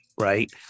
right